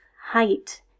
height